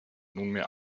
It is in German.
nunmehr